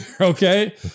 Okay